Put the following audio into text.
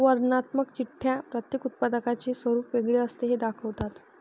वर्णनात्मक चिठ्ठ्या प्रत्येक उत्पादकाचे स्वरूप वेगळे असते हे दाखवतात